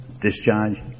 discharge